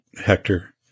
Hector